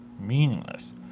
Meaningless